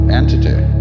entity